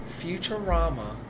Futurama